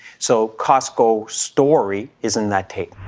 so costco's story is in that tape.